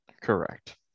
Correct